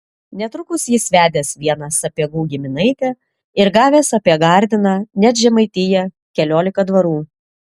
netrukus jis vedęs vieną sapiegų giminaitę ir gavęs apie gardiną net žemaitiją keliolika dvarų